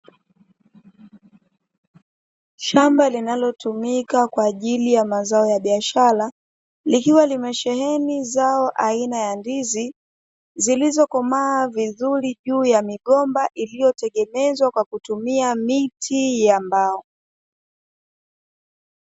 Shamba linalotumika kwa ajili ya mazao ya biashara, likiwa limesheeni zao la aina ya ndizi, zilizokomaa vizuri juu ya migomba iliyotengenezwa kwa kutumia miti ya mbao.